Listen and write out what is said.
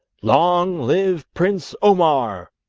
long live prince omar